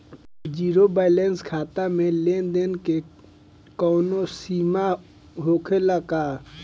Zero balance खाता में लेन देन के कवनो सीमा होखे ला का?